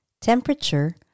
temperature